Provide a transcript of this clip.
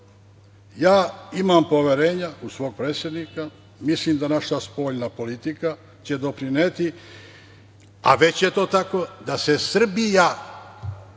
ja imam poverenja u svog predsednika i mislim da će naša spoljna politika doprineti, a već je to tako, da se Srbija